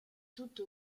tutto